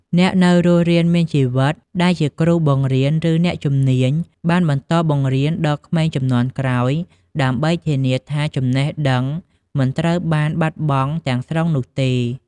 អ្នកនៅរស់រានមានជីវិតដែលជាគ្រូបង្រៀន ឬអ្នកជំនាញបានបន្តបង្រៀនដល់ក្មេងជំនាន់ក្រោយ ដើម្បីធានាថាចំណេះដឹងមិនត្រូវបានបាត់បង់ទាំងស្រុងនោះទេ។